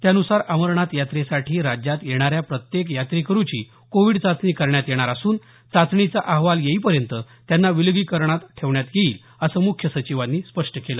त्यानुसार अमरनाथ यात्रेसाठी राज्यात येणाऱ्या प्रत्येक यात्रेकरूची कोविड चाचणी करण्यात येणार असून चाचणीचा अहवाल येईपर्यंत त्यांना विलगीकरणात ठेवण्यात येईल असं मुख्य सचिवांनी स्पष्ट केलं